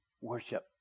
Worship